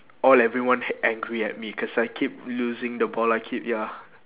all everyone angry at me cause I keep losing the ball I keep ya